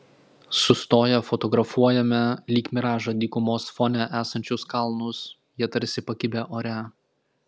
sustoję fotografuojame lyg miražą dykumos fone esančius kalnus jie tarsi pakibę ore